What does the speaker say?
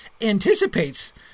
anticipates